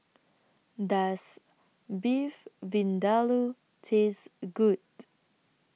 Does Beef Vindaloo Taste A Good